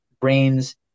brains